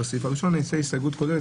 אציג הסתייגות כוללת,